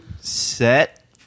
set